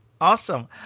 Awesome